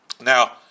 Now